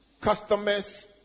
customers